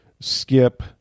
Skip